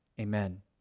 Amen